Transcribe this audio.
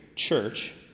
church